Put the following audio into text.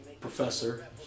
Professor